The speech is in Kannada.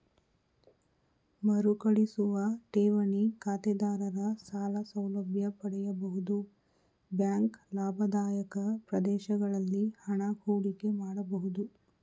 ಮರುಕಳಿಸುವ ಠೇವಣಿ ಖಾತೆದಾರರ ಸಾಲ ಸೌಲಭ್ಯ ಪಡೆಯಬಹುದು ಬ್ಯಾಂಕ್ ಲಾಭದಾಯಕ ಪ್ರದೇಶಗಳಲ್ಲಿ ಹಣ ಹೂಡಿಕೆ ಮಾಡಬಹುದು